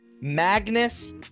Magnus